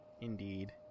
Indeed